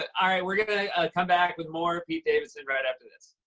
ah alright, we're going to come back with more pete davidson right after this.